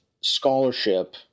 scholarship